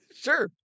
Sure